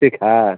ठीक है